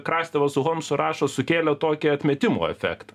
krastevas su homsu rašo sukėlė tokį atmetimo efektą